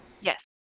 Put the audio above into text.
yes